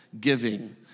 giving